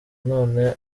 none